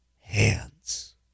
hands